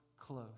close